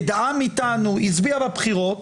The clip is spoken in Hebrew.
העם איתנו הצביע בבחירות,